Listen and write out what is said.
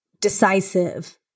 decisive